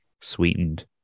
sweetened